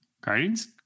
guardians